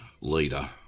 leader